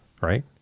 right